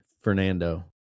Fernando